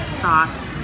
sauce